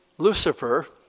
Lucifer